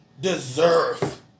deserve